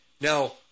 Now